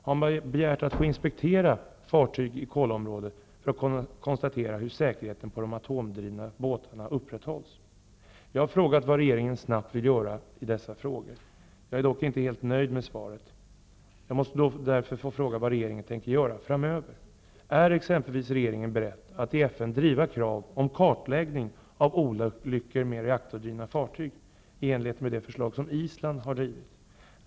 Har regeringen begärt att få inspektera fartyg i Kola-området för att kunna konstatera hur säkerheten på de atomdrivna båtarna upprätthålls? Jag har frågat vad regeringen snabbt vill göra i dessa frågor. Jag är dock inte helt nöjd med svaret. --Är regeringen beredd att i FN driva krav på en kartläggning av olyckor med reaktordrivna fartyg i enlighet med det förslag som Island har drivit?